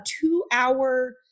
two-hour